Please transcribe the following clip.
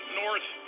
north